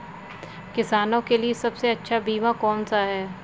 किसानों के लिए सबसे अच्छा बीमा कौन सा है?